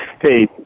Hey